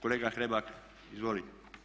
Kolega Hrebak izvoli.